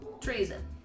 treason